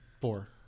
Four